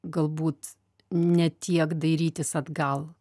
galbūt ne tiek dairytis atgal